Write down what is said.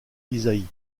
ysaÿe